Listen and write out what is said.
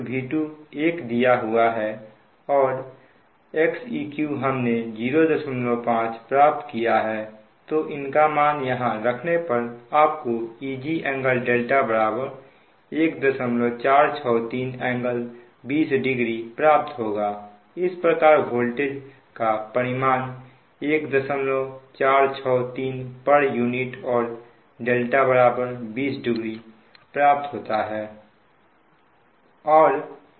1 दिया हुआ है और Xeq हमने 05 प्राप्त किया है तो इनका मान यहां रखने पर आपको Eg∟δ 1463∟200 प्राप्त होगा इस प्रकार वोल्टेज का परिमाण 1463 pu और δ 200 प्राप्त होता है